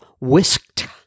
whisked